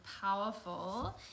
powerful